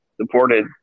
supported